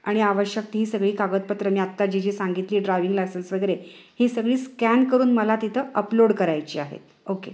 आणि आवश्यक ती सगळी कागदपत्रं मी आत्ता जी जी सांगितली ड्रायविंग लायसन्स वगैरे ही सगळी स्कॅन करून मला तिथं अपलोड करायची आहेत ओके